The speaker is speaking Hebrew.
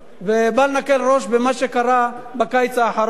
ובל נקל ראש במה שקרה בקיץ האחרון.